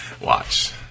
watch